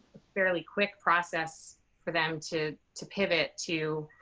fairly quick process for them to to pivot to,